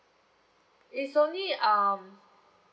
it's only um